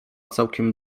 całkiem